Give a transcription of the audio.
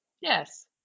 Yes